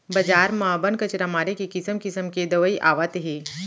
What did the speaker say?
बजार म बन, कचरा मारे के किसम किसम के दवई आवत हे